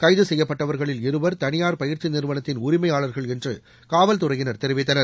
கைது செய்யப்பட்டவர்களில் இருவர் தளியார் பயிற்சி நிறுவனத்தின் உரிமையாளர்கள் என்று காவல்துறையினர் தெரிவித்தனர்